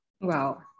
Wow